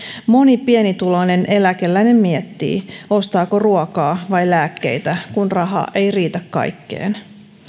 moni pienituloinen eläkeläinen miettii ostaako ruokaa vai lääkkeitä kun raha ei riitä kaikkeen